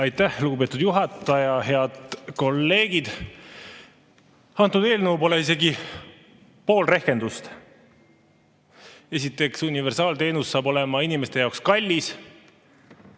Aitäh, lugupeetud juhataja! Head kolleegid! See eelnõu pole isegi pool rehkendust. Esiteks, universaalteenus saab olema inimeste jaoks kallis,